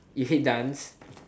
you hate dance